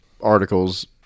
articles